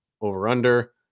over-under